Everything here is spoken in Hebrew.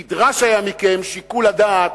נדרש היה מכם שיקול הדעת,